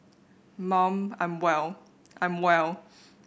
mum I'm well I'm well